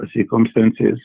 circumstances